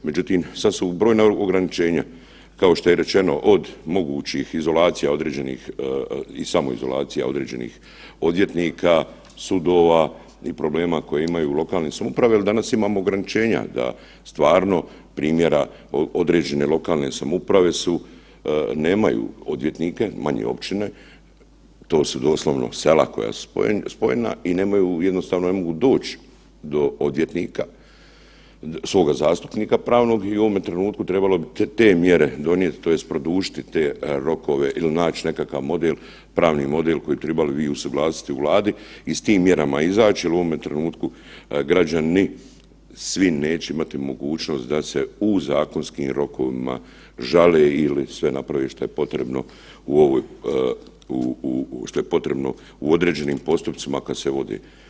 Međutim, sad su brojna ograničenja, kao što je rečeno od mogućih izolacija određenih i samoizolacija određenih odvjetnika, sudova i problema koje imaju lokalne samouprave jel danas imamo ograničenja da stvarno primjera određene lokalne samouprave su, nemaju odvjetnika manje općina, to su doslovno sela koja su spojena i nemaju, jednostavno ne mogu doć do odvjetnika, svoga zastupnika pravnog i u ovome trenutku trebalo bi te mjere donijet tj. produžiti te rokove il naći nekakav model, pravni model koji bi tribali vi usuglasiti u Vladi i s tim mjerama izaći jer u ovome trenutku građani svi neće imati tu mogućnost da se u zakonskim rokovima žale ili sve naprave šta je potrebno u ovoj, što je potrebno u određenim postupcima koji se vode.